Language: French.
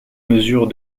mesure